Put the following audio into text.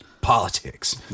politics